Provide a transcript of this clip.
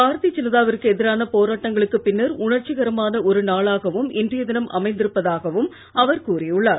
பாரதீயஜனதாவிற்குஎதிரானபோராட்டங்களுக்குப்பின்னர்உணர்ச்சிகர மானஒருநாளாகவும்இன்றையதினம்அமைந்திருப்பதாகவும்அவர்கூறியுள் ளார்